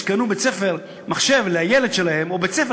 שקנו מחשב לילד שלהם לבית-ספר או בית-ספר